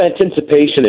anticipation